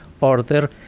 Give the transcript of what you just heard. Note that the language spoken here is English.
order